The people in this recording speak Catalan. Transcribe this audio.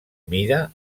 mida